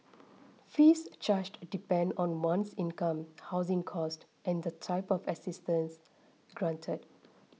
fees charged depend on one's income housing cost and the type of assistance granted